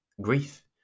grief